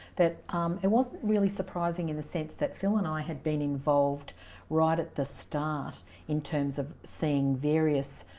that it wasn't really surprising in the sense that phil and i had been involved right at the start in terms of seeing various,